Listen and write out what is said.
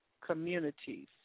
communities